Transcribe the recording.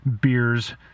beers